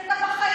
כי אתה בחיים,